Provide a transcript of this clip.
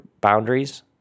boundaries